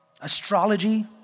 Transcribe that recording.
Astrology